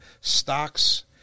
stocks